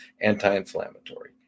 anti-inflammatory